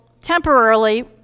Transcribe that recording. temporarily